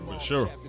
sure